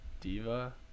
Diva